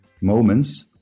moments